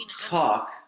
talk